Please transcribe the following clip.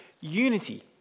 unity